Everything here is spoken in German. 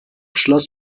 schloss